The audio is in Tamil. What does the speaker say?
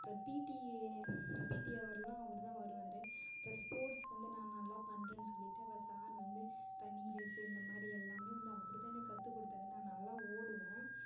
அப்புறம் பிடி பிடி ஹவர்லாம் அவர் தான் வருவார் அப்புறம் ஸ்போர்ட்ஸ் வந்து நான் நல்லா பண்றேன்னு சொல்லிவிட்டு அப்போ சார் வந்து ரன்னிங் ரேஸ் இந்தமாதிரி எல்லாமே வந்து அவர்தான் எனக்கு கற்றுக் கொடுத்தார் நான் நல்லா ஓடுவேன்